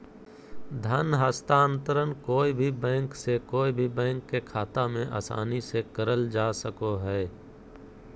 धन हस्तान्त्रंण कोय भी बैंक से कोय भी बैंक के खाता मे आसानी से करल जा सको हय